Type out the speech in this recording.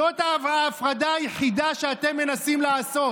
זאת ההפרדה היחידה שאתם מנסים לעשות.